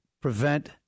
prevent